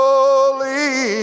Holy